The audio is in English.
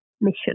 mission